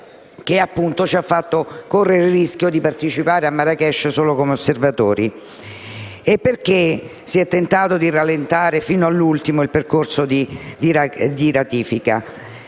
che, appunto, ci ha fatto correre il rischio di partecipare a Marrakech solo come osservatori. E perché si è tentato di rallentare fino all'ultimo il percorso di ratifica?